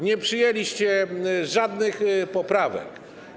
Nie przyjęliście żadnych poprawek.